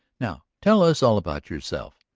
now, tell us all about yourself.